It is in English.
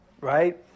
right